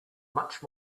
much